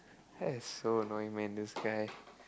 that's so annoying man this guy